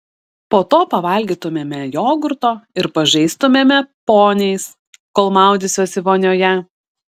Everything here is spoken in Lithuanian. po to pavalgytumėme jogurto ir pažaistumėme poniais kol maudysiuosi vonioje